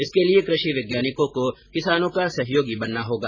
इसके लिए कृषि वैज्ञानिको को किसानों का सहयोगी बनना होगा